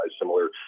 similar